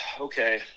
okay